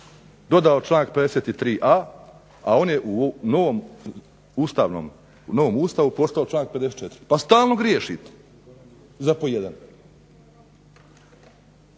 dodao članak 53.a a on je u novom Ustavu postao članak 54. Pa stalno griješite za po jedan.